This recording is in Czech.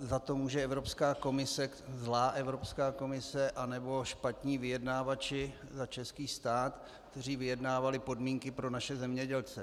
za to může Evropská komise, zlá Evropská komise, nebo špatní vyjednavači za český stát, kteří vyjednávali podmínky pro naše zemědělce.